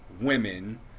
women